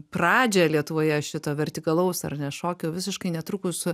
pradžią lietuvoje šito vertikalaus ar ne šokio visiškai netrukus